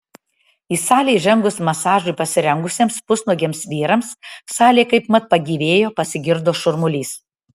į salę įžengus masažui pasirengusiems pusnuogiams vyrams salė kaipmat pagyvėjo pasigirdo šurmulys